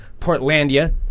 Portlandia